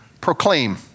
proclaim